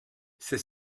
c’est